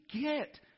get